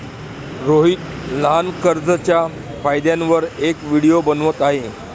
रोहित लहान कर्जच्या फायद्यांवर एक व्हिडिओ बनवत आहे